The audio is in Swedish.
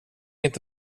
inte